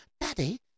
Daddy